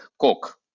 coke